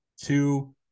two